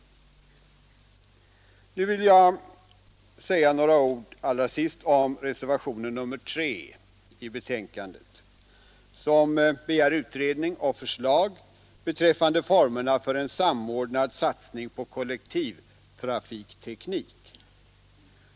Allra sist vill jag säga några ord om reservationen 3 i betänkandet, vari begärs utredning och förslag beträffande formerna för en samordnad satsning på kollektivtrafikteknik.